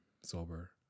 sober